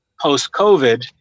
post-COVID